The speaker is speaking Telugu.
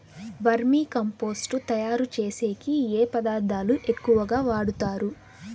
వర్మి కంపోస్టు తయారుచేసేకి ఏ పదార్థాలు ఎక్కువగా వాడుతారు